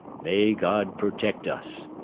may god protect us!